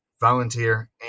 volunteer